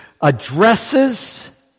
addresses